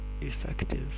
effective